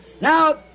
Now